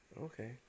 Okay